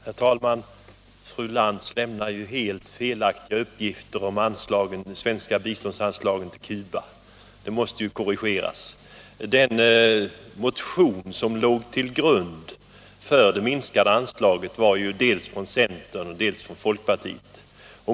Herr talman! Fru Lantz lämnade felaktiga uppgifter om det svenska biståndsanslaget till Cuba. Uppgifterna måste korrigeras. De motioner som låg till grund för det minskade anslaget var väckta av centern och folkpartiet.